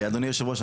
אדוני היו"ר,